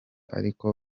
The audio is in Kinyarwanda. ariko